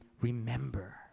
remember